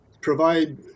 provide